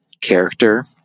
character